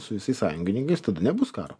su visais sąjungininkais tada nebus karo